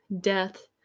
death